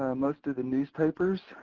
um most of the newspapers,